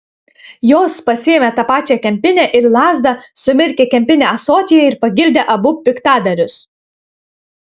jos pasiėmė tą pačią kempinę ir lazdą sumirkė kempinę ąsotyje ir pagirdė abu piktadarius